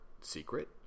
Secret